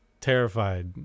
terrified